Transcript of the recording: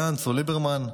גנץ או ליברמן,